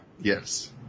Yes